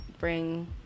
bring